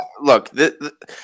Look